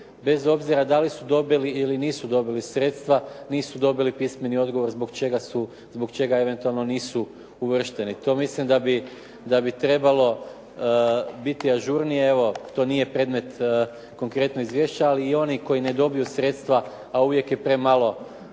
bez obzira da li su dobili ili nisu dobili sredstva nisu dobili pismeni odgovor zbog čega eventualno nisu uvršteni. To mislim da bi trebalo biti ažurnije. Evo, to nije predmet konkretno izvješća ali i oni koji ne dobiju sredstva a uvijek je premalo